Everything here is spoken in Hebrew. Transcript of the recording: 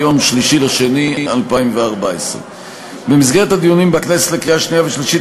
מיום 3 בפברואר 2014 במסגרת הדיונים בכנסת לקריאה שנייה ושלישית,